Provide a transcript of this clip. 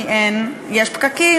כי יש פקקים,